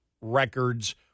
records